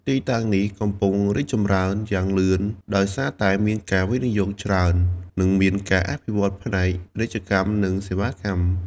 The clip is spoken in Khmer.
ទីតាំងនេះកំពុងរីកចម្រើនយ៉ាងលឿនដោយសារតែមានការវិនិយោគច្រើន និងមានការអភិវឌ្ឍផ្នែកពាណិជ្ជកម្ម និងសេវាកម្ម។